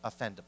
offendable